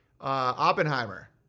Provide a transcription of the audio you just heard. Oppenheimer